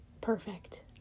perfect